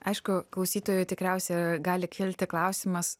aišku klausytojui tikriausia gali kilti klausimas